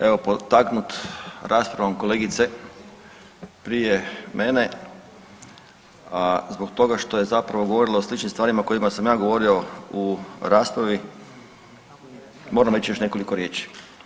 Evo potaknut raspravom kolegice prije mene, a zbog toga što je zapravo govorila o sličnim stvarima o kojima sam ja govorio u raspravi moram reći još nekoliko riječi.